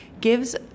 gives